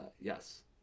Yes